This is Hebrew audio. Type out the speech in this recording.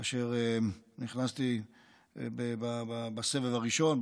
כאשר נכנסתי בסבב הראשון,